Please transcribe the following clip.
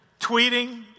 Tweeting